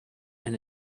and